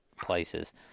places